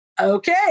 okay